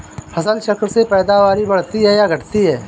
फसल चक्र से पैदावारी बढ़ती है या घटती है?